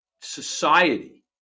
society